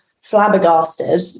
Flabbergasted